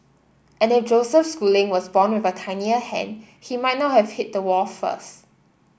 and if Joseph Schooling was born with a tinier hand he might not have hit the wall first